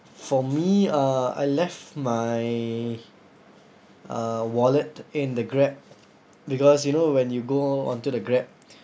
for me uh I left my uh wallet in the grab because you know when you go onto the grab